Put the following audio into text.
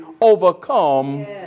overcome